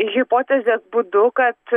hipotezės būdu kad